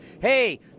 Hey